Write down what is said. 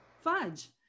fudge